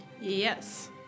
Yes